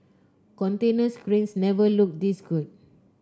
container cranes never looked this good